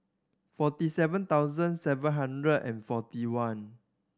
forty seven thousand seven hundred and forty one